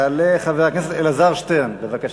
יעלה חבר הכנסת אלעזר שטרן, בבקשה.